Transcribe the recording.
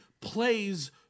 plays